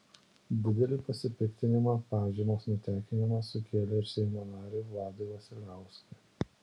didelį pasipiktinimą pažymos nutekinimas sukėlė ir seimo nariui vladui vasiliauskui